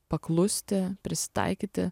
paklusti prisitaikyti